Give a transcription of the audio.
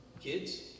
kids